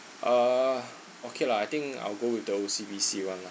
ah okay lah I think I'll go with the O_C_B_C one lah